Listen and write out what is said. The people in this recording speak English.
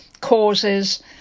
causes